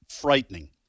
frightening